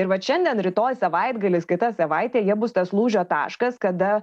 ir vat šiandien rytoj savaitgaliais kitą savaitę jie bus tas lūžio taškas kada